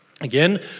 Again